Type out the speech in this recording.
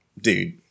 dude